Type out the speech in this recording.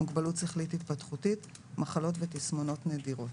מוגבלות שכלית התפתחותית ומחלות ותסמונות נדירות,"